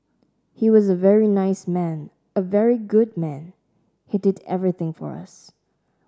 he was a very nice man a very good man he did everything for us